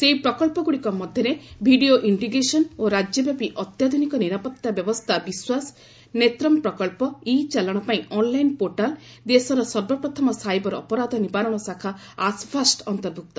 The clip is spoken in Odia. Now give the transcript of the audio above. ସେହି ପ୍ରକ୍ସଗୁଡ଼ିକ ମଧ୍ୟରେ 'ଭିଡ଼ିଓ ଇଣ୍ଟିଗ୍ରେସନ୍ ଓ ରାଜ୍ୟବ୍ୟାପୀ ଅତ୍ୟାଧୁନିକ ନିରାପତ୍ତା ବ୍ୟବସ୍ଥା ବିଶ୍ୱାସ' 'ନେତ୍ରମ୍ ପ୍ରକଳ୍ପ' ଇ ଚାଲାଣ ପାଇଁ ଅନ୍ଲାଇନ୍ ପୋର୍ଟାଲ୍ ଦେଶର ସର୍ବପ୍ରଥମ ସାଇବର୍ ଅପରାଧ ନିବାରଣ ଶାଖା ଆଶ୍ଭାଷ୍ଟ ଅନ୍ତର୍ଭୁକ୍ତ